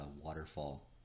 waterfall